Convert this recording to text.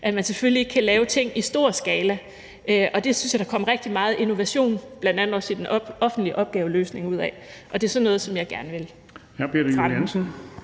man selvfølgelig ikke kan lave ting i stor skala, og det syntes jeg der var kommet rigtig meget innovation ud af, bl.a. også i den offentlige opgaveløsning. Det er sådan noget, jeg gerne vil fremme. Kl. 14:10 Den